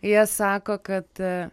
jie sako kad